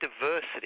diversity